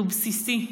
שהוא בסיסי,